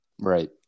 Right